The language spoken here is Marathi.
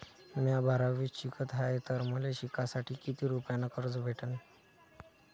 म्या बारावीत शिकत हाय तर मले शिकासाठी किती रुपयान कर्ज भेटन?